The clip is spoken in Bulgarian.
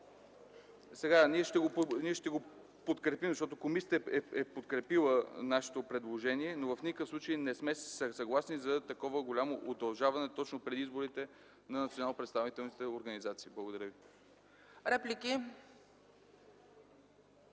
Ние ще го подкрепим, защото комисията е подкрепила нашето предложение, но в никакъв случай не сме съгласни за такова голямо удължаване, точно преди изборите, на национално представителните организации. Благодаря.